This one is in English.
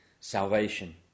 salvation